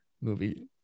movie